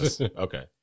Okay